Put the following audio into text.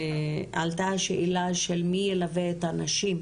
עלתה גם השאלה של מי ילווה את הנשים.